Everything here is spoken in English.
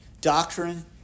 Doctrine